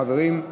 בבקשה, חברים.